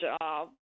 job